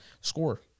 score